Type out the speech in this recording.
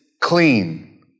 clean